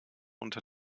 unter